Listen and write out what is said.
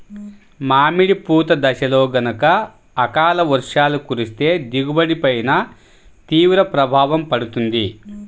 మామిడి పూత దశలో గనక అకాల వర్షాలు కురిస్తే దిగుబడి పైన తీవ్ర ప్రభావం పడుతుంది